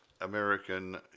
American